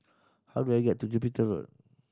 how do I get to Jupiter Road